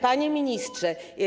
Panie Ministrze!